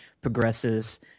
progresses